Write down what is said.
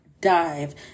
dive